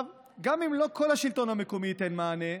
גם אם לא כל השלטון המקומי ייתן מענה,